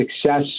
success